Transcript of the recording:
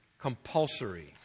compulsory